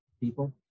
people